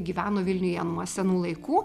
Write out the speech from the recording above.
gyveno vilniuje nuo senų laikų